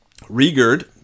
Rigurd